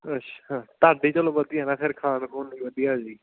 ਅੱਛਾ ਤੁਹਾਡੀ ਚਲੋ ਵਧੀਆ ਨਾ ਫਿਰ ਖਾਣ ਖੂਣ ਨੂੰ ਵਧੀਆ ਜੀ